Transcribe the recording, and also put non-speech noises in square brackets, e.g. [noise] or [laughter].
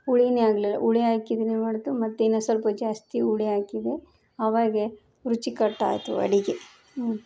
ಹುಳಿನೇ ಆಗ್ಲಿಲ್ಲ ಹುಳಿ ಹಾಕಿ [unintelligible] ಮತ್ತೆ ಇನ್ನೊಂದು ಸ್ವಲ್ಪ ಜಾಸ್ತಿ ಹುಳಿ ಹಾಕಿದೆ ಆವಾಗ ರುಚಿಕಟ್ಟಾಯಿತು ಅಡುಗೆ